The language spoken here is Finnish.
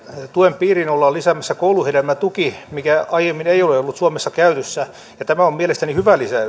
tuen piiriin ollaan lisäämässä kouluhedelmätuki mikä aiemmin ei ole ollut suomessa käytössä ja tämä on mielestäni hyvä lisäys